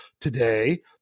today